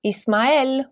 Ismael